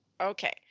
okay